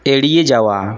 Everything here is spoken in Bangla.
এড়িয়ে যাওয়া